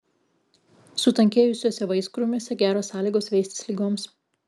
sutankėjusiuose vaiskrūmiuose geros sąlygos veistis ligoms